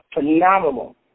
phenomenal